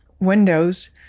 windows